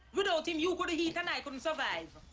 without him, you couldn't eat and i couldn't survive!